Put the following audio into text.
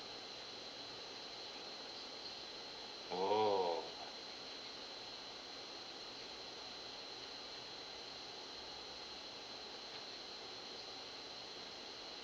oh